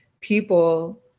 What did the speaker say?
people